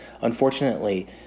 Unfortunately